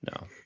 no